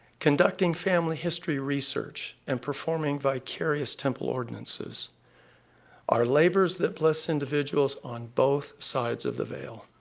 conducting family history research, and performing vicarious temple ordinances are labors that bless individuals on both sides of the veil.